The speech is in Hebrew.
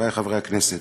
חברי חברי הכנסת,